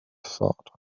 thought